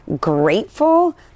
grateful